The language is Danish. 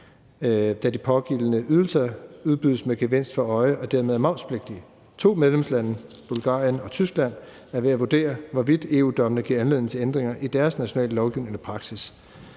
da de pågældende ydelser udbydes med en gevinst for øje og dermed er momspligtige. To medlemslande, Bulgarien og Tyskland, er ved at vurdere, hvorvidt EU-dommene giver anledning til ændringer i deres nationale lovgivning eller praksis.